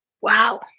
Wow